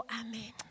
amen